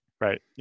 right